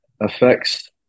affects